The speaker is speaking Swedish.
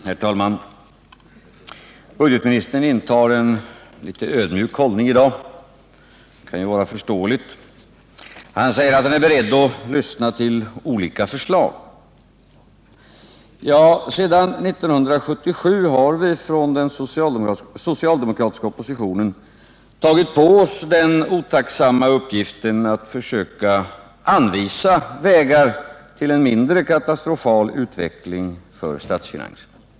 Herr talman! Budgetministern intar i dag en litet ödmjuk hållning. Det kan vara förståeligt. Han säger att han är beredd att lyssna till olika förslag. Ja, sedan 1977 har vi från den socialdemokratiska oppositionen tagit på oss den otacksamma uppgiften att försöka anvisa vägar till en mindre katastrofal utveckling av statsfinanserna.